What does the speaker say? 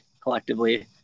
collectively